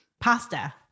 pasta